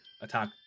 attack